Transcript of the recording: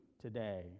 today